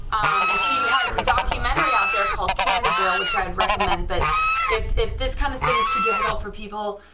and she has a documentary out there called candy girl which i would and recommend, but if if this kind of thing is too difficult for people,